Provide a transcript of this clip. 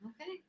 Okay